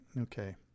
Okay